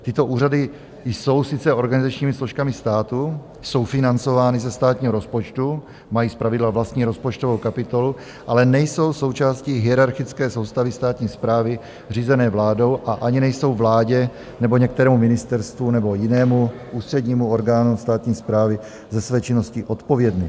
Tyto úřady jsou sice organizačními složkami státu, jsou financovány ze státní rozpočtu, mají zpravidla vlastní rozpočtovou kapitolu, ale nejsou součástí hierarchické soustavy státní správy řízené vládou a ani nejsou vládě nebo některému ministerstvu nebo jinému ústřednímu orgánu státní správy ze své činnosti odpovědny.